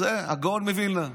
הגאון מווילנה,